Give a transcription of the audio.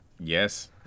Yes